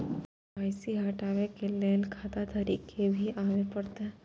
KYC हटाबै के लैल खाता धारी के भी आबे परतै?